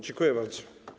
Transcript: Dziękuję bardzo.